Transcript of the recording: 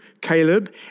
Caleb